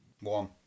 one